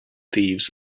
thieves